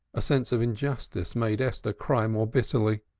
a sense of injustice made esther cry more bitterly.